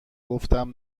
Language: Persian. گفتم